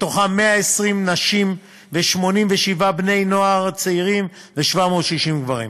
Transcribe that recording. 120 נשים, 87 בני-נוער וצעירים ו-760 גברים,